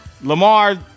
Lamar